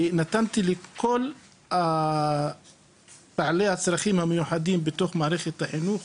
ונתתי לכל בעלי הצרכים המיוחדים בתוך מערכת החינוך,